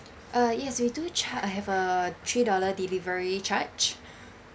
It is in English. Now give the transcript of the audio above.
uh yes we do char~ have a three dollar delivery charge